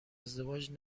ازدواج